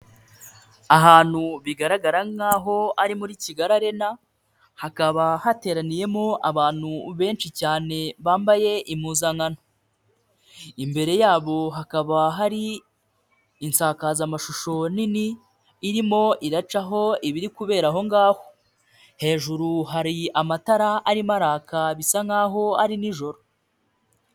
Ahantu bigaragara nk'aho ari muri Kigali arena hakaba hateraniyemo abantu benshi cyane bambaye impuzankano imbere yabo hakaba hari insakazamashusho nini irimo iracaho ibiri kubera ahongaho hejuru hari amatara arimo araka bisa nkaho ari nijoro.